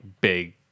big